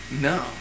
No